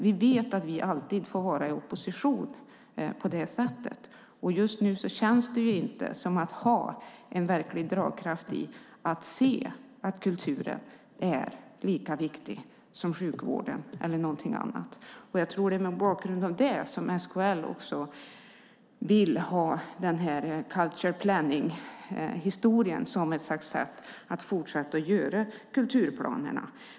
Vi vet att vi alltid får vara i opposition på det sättet. Just nu känns det inte som att det finns en verklig dragkraft i att se att kulturen är lika viktig som sjukvården eller någonting annat. Jag tror att det är mot bakgrund av det som SKL också vill ha denna så kallade cultural plan som ett sätt att fortsätta göra kulturplanerna.